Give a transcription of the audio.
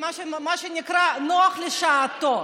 מה שנקרא, נוח לשעתו.